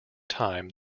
time